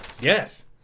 Yes